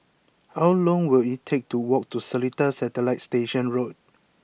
how long will it take to walk to Seletar Satellite Station Road